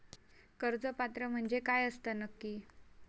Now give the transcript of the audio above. कर्ज पात्र म्हणजे काय असता नक्की?